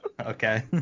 Okay